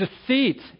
deceit